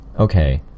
Okay